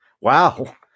Wow